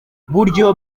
buryo